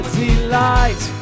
delight